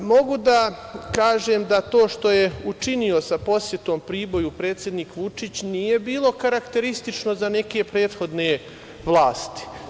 Mogu da kažem da to što je učinio sa posetom Priboju, predsednik Vučić, nije bilo karakteristično za neke prethodne vlasti.